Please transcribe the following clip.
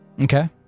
Okay